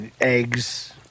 eggs